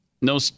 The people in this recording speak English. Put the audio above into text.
No